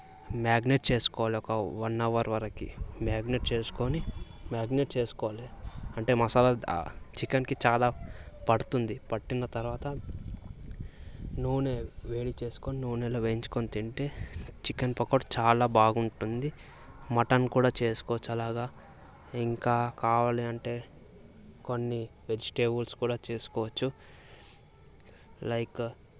magnet చేసుకోవాలి ఒక one hour వరకు మ్యాగ్నెట్ చేసుకొని మ్యాగ్నెట్ చేసుకోవాలి అంటే మసాలా చికెన్కి చాలా పడుతుంది పట్టిన తర్వాత నూనె వేడి చేసుకుని నూనెలో వేయించుకొని తింటే చికెన్ పకోడీ చాలా బాగుంటుంది మటన్ కూడా చేసుకోవచ్చు అలాగా ఇంకా కావాలి అంటే కొన్ని వెజిటేబుల్స్ కూడా చేసుకోవచ్చు లైక్